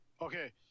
Okay